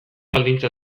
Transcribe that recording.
baldintza